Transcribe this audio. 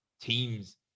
teams